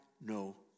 no